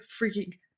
freaking